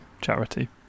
charity